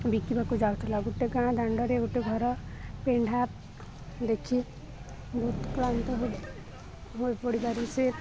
ବିକିବାକୁ ଯାଉଥିଲା ଗୋଟେ ଗାଁ ଦାଣ୍ଡରେ ଗୋଟେ ଘର ପେଢା ଦେଖି ବତ୍ କ୍ଳାନ୍ତ ହୋଇ ପଡ଼ିବାରେ ସେ